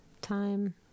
time